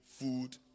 food